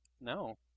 No